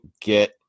get